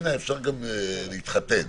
אפשר להתחתן